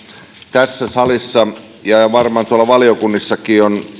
tässä salissa ja ja varmaan tuolla valiokunnissakin on